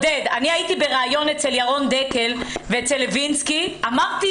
אני הייתי בריאיון אצל ירון דקל ואצל לוינסקי ואמרתי